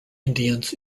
indians